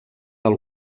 del